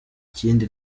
ikindi